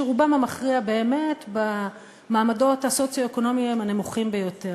שרובם המכריע באמת במעמדות הסוציו-אקונומיים הנמוכים ביותר.